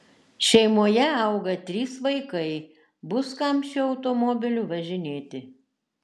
šeimoje auga trys vaikai bus kam šiuo automobiliu važinėti